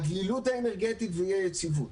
הדלילות האנרגטית ואי היציבות.